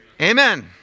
Amen